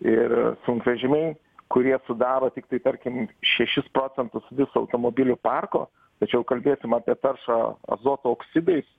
ir sunkvežimiai kurie sudaro tiktai tarkim šešis procentus viso automobilių parko tačiau kalbėsim apie taršą azoto oksidais